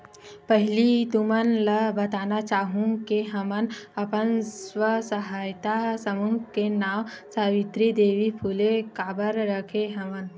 पहिली तुमन ल बताना चाहूँ के हमन अपन स्व सहायता समूह के नांव सावित्री देवी फूले काबर रखे हवन